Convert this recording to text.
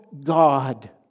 God